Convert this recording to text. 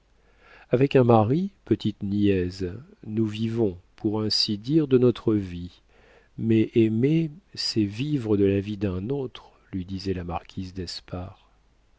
avec un mari petite niaise nous vivons pour ainsi dire de notre vie mais aimer c'est vivre de la vie d'un autre lui disait la marquise d'espard